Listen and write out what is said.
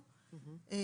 התש"ל-1970,